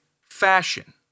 fashion